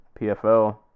PFL